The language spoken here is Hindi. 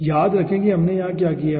याद रखें कि हमने यहां क्या किया है